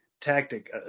tactic